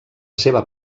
seva